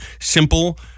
simple